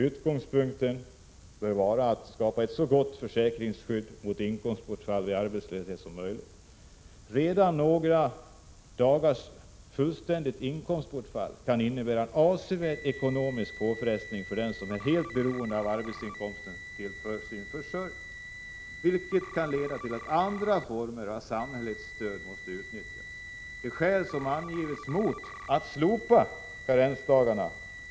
Utgångspunkten bör vara att skapa ett så gott försäkringsskydd mot inkomstbortfall vid arbetslöshet som möjligt. Redan några dagars fullständigt inkomstbortfall kan innebära en avsevärd ekonomisk påfrestning för den som är helt beroende av arbetsinkomsten för sin försörjning, vilket kan leda till att andra former av samhällsstöd måste utnyttjas. De skäl som angivits mot att slopa karensdagarna har främst varit — Prot.